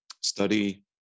study